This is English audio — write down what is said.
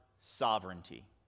sovereignty